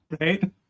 right